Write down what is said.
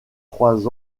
trois